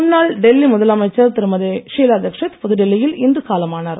முன்னாள் டெல்லி முதல் அமைச்சர் திருமதி ஷீலா தீச்ஷித் புதுடெல்லியில் இன்று காலமானார்